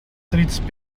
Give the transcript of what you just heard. тридцать